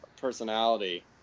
personality